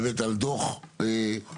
באמת על דוח ממצה,